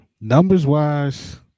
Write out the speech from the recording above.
numbers-wise